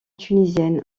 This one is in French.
tunisiennes